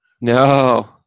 No